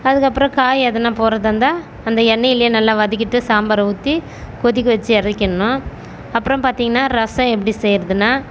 அதுக்கப்புறம் காய் எதனா போடுறதா இருந்தால் அந்த எண்ணெய்லையே நல்லா வதக்கிட்டு சாம்பாரை ஊற்றி கொதிக்க வச்சு இறக்கிர்ணும் அப்புறம் பார்த்திங்கன்னா ரசம் எப்படி செய்யுறதுன்னா